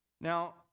Now